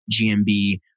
GMB